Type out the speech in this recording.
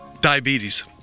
diabetes